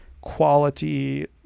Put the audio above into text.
quality